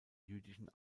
jüdischen